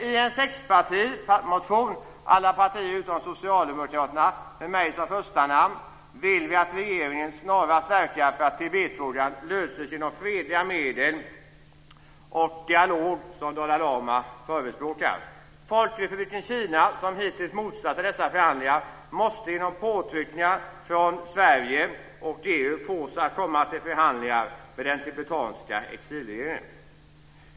I en sexpartimotion - alla partier utom Socialdemokraterna - med mig som förstanamn vill vi att regeringen snarast verkar för att Tibetfrågan löses genom fredliga medel och dialog, som Dalai lama förespråkar. Folkrepubliken Kina, som hittills motsatt sig dessa förhandlingar, måste genom påtryckningar från Sverige och EU fås att komma till förhandlingar med den tibetanska exilregeringen.